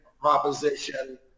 proposition